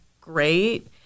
great